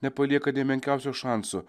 nepalieka nė menkiausio šanso